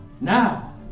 now